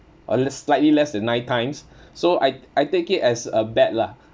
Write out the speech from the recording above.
at least slightly less than nine times so I I take it as a bet lah